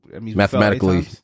mathematically-